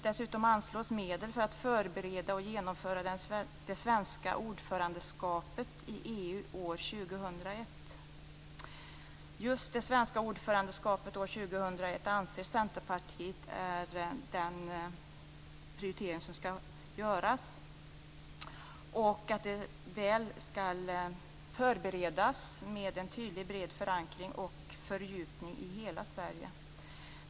Dessutom föreslår vi att medel skall anslås för att förbereda och genomföra den svenska perioden som ordförandeland i EU år 2001. Just Sveriges period som ordförandeland år 2001 anser Centerpartiet skall vara prioriterad. Det skall förberedas väl med en tydlig bred förankring och fördjupning i hela Sverige.